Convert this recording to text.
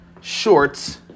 shorts